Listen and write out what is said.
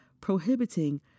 prohibiting